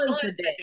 today